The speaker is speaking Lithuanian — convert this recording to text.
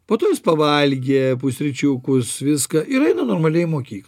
po to jis pavalgė pusryčiukus viską ir eina normaliai į mokyklą